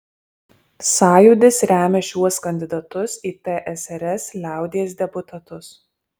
sąjūdis remia šiuos kandidatus į tsrs liaudies deputatus